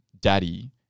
daddy